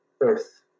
earth